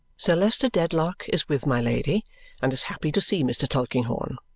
sir leicester dedlock is with my lady and is happy to see mr. tulkinghorn.